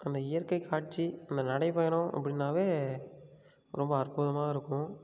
அந்த இயற்கைக் காட்சி அந்த நடைப்பயணம் அப்படின்னாவே ரொம்ப அற்புதமாக இருக்கும்